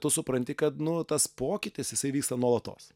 tu supranti kad nu tas pokytis jisai vyksta nuolatos